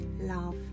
love